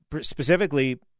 specifically